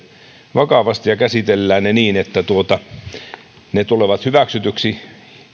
vakavasti ja käsitellään ne niin että ne tulevat hyväksytyiksi